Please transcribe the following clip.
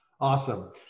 Awesome